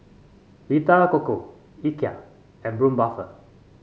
Vita Coco Ikea and Braun Buffel